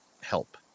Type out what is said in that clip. help